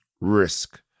risk